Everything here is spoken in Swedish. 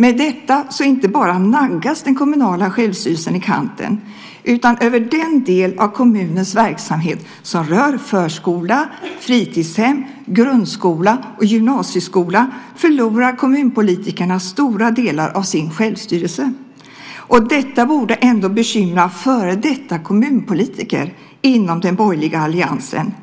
Med detta inte bara naggas den kommunala självstyrelsen i kanten, utan över den del av kommunens verksamhet som rör förskola, fritidshem, grundskola och gymnasieskola förlorar kommunpolitikerna stora delar av sin självstyrelse. Detta borde ändå bekymra före detta kommunpolitiker inom den borgerliga alliansen.